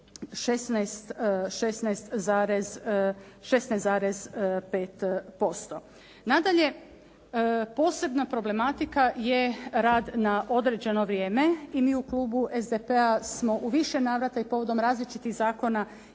16,5%. Nadalje, posebna problematika je rad na određeno vrijeme i mi u klubu SDP-a smo u više navrata i povodom različitih zakona